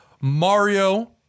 Mario